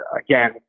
again